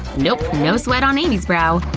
nope, no sweat on amy's brow!